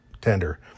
tender